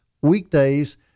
weekdays